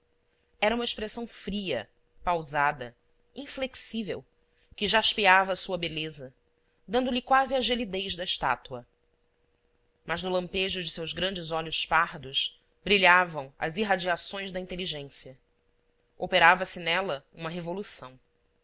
era uma expressão fria pausada inflexível que jaspeava sua beleza dando-lhe quase a gelidez da estátua mas no lampejo de seus grandes olhos pardos brilhavam as irradiações da inteligência operava se nela uma revolução